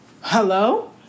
Hello